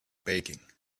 baking